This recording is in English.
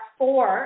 four